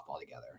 together